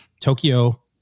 Tokyo